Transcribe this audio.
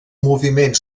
moviment